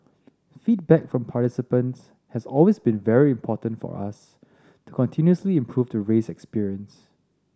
feedback from participants has always been very important for us to continuously improve the race experience